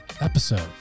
episode